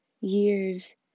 years